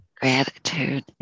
Gratitude